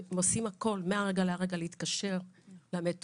הם עושים הכול מהרגע להרגע להתקשר למטופל,